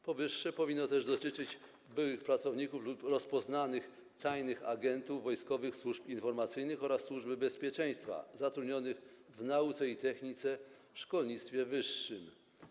Powyższe powinno też dotyczyć byłych pracowników lub rozpoznanych tajnych agentów Wojskowych Służb Informacyjnych oraz Służby Bezpieczeństwa, zatrudnionych w nauce i technice w szkolnictwie wyższym.